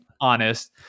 honest